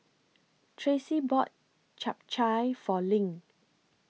Tracie bought Chap Chai For LINK